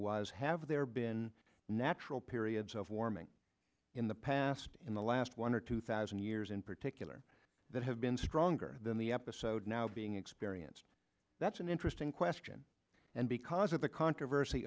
was have there been natural periods of warming in the past in the last one or two thousand years in particular that have been stronger than the episode now being experienced that's an interesting question and because of the controversy